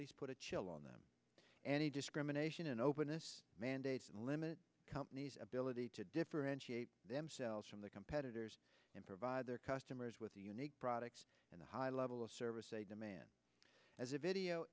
least put a chill on any discrimination and openness mandates and limit company's ability to differentiate themselves from the competitors and provide their customers with the unique products and a high level of service they demand as a video